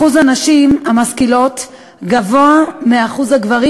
אחוז הנשים המשכילות גבוה מאחוז הגברים